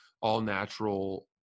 all-natural